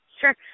Sure